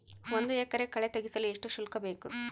ಒಂದು ಎಕರೆ ಕಳೆ ತೆಗೆಸಲು ಎಷ್ಟು ಶುಲ್ಕ ಬೇಕು?